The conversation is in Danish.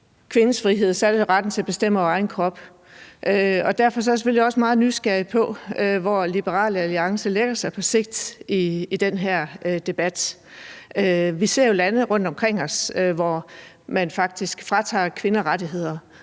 kvinders frihed, er det retten til at bestemme over egen krop. Derfor er jeg selvfølgelig også meget nysgerrig efter at vide, hvor Liberal Alliance på sigt lægger sig i den her debat. Vi ser jo lande rundt omkring os, hvor man faktisk fratager kvinder deres rettigheder,